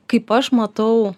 kaip aš matau